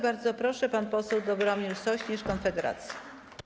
Bardzo proszę, pan poseł Dobromir Sośnierz, Konfederacja.